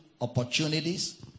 opportunities